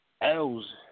L's